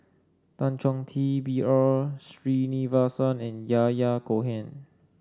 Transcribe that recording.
Tan Chong Tee B R Sreenivasan and Yahya Cohen